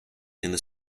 and